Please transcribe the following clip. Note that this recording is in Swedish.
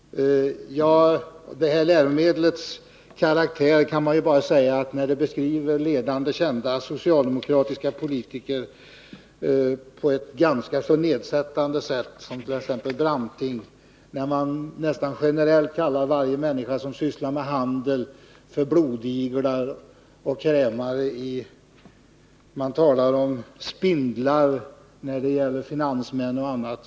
Det här läromedlet karakteriseras av att ledande kända socialdemokratiska politiker, t.ex. Hjalmar Branting, beskrivs i ganska nedsättande ordalag, människor som sysslar med handel kallas nästan generellt för blodiglar och krämare, finansmän m.fl. omtalas såsom spindlar.